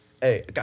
Hey